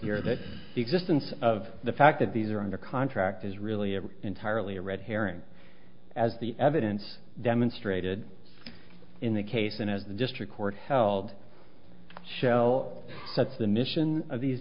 here that the existence of the fact that these are under contract is really ever entirely a red herring as the evidence demonstrated in the case and as the district court held shell that the mission of these